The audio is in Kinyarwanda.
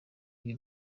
ibi